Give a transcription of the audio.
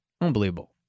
Unbelievable